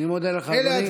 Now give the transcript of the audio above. אני מודה לך, אדוני.